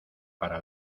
para